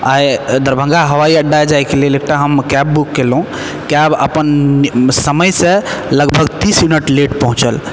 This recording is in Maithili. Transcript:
आइ दरभङ्गा हवाईअड्डा जायके लेल एकटा हम कैब बुक केलहुँ कैब अपन समयसँ लगभग तीस मिनट लेट पहुँचल